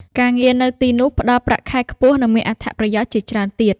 ការងារនៅទីនោះផ្តល់ប្រាក់ខែខ្ពស់និងមានអត្ថប្រយោជន៍ជាច្រើនទៀត។